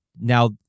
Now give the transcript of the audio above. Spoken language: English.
Now